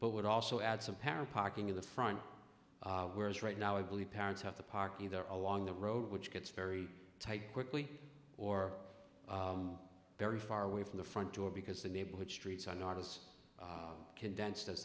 but would also add some parent parking in the front whereas right now i believe parents have the park either along the road which gets very tight quickly or very far away from the front door because the neighborhood streets are not as condensed as